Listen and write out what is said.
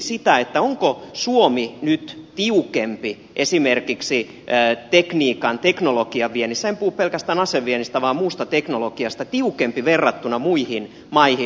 kysyisin sitä onko suomi nyt tiukempi esimerkiksi tekniikan teknologian viennissä en puhu pelkästään aseviennistä vaan muusta teknologiasta verrattuna muihin maihin